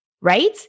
right